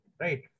Right